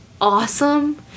awesome